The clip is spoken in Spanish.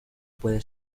puede